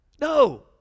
No